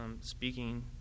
speaking